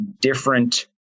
different